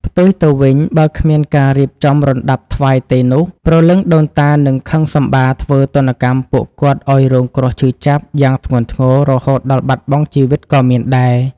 ផ្ទុយទៅវិញបើគ្មានការរៀបចំរណ្ដាប់ថ្វាយទេនោះព្រលឹងដូនតានឹងខឹងសម្បាធ្វើទណ្ឌកម្មពួកគាត់ឲ្យរងគ្រោះឈឺចាប់យ៉ាងធ្ងន់ធ្ងរ រហូតដល់បាត់បង់ជីវិតក៏មានដែរ ។